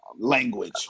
language